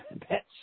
pets